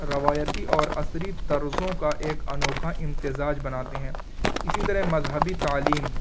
روایتی اور عصری طرزوں کا ایک انوکھا امتزاج بناتے ہیں اسی طرح مذہبی تعلیم